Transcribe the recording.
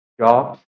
jobs